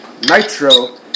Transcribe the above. Nitro